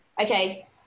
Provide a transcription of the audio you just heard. okay